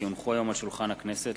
כי הונחו היום על שולחן הכנסת,